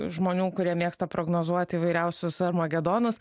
žmonių kurie mėgsta prognozuoti įvairiausius armagedonas